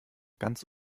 ganz